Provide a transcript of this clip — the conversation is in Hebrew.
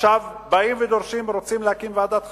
עכשיו באים ודורשים, רוצים להקים ועדת חקירה.